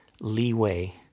leeway